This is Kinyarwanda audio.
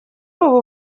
ubu